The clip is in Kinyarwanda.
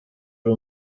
ari